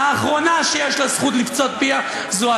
האחרונה שיש לה זכות לפצות פיה זו את.